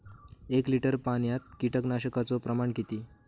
एक लिटर पाणयात कीटकनाशकाचो प्रमाण किती?